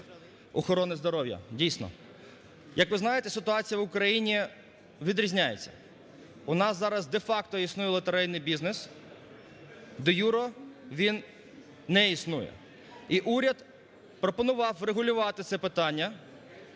охорони здоров'я, дійсно. Як ви знаєте, ситуація в Україні відрізняється. У нас зараз де-факто існує лотерейний бізнес, де-юре він не існує. І уряд пропонував врегулювати це питання.